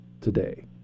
today